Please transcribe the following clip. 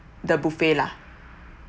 the buffet lah